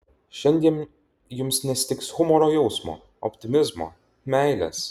šiandien jums nestigs humoro jausmo optimizmo meilės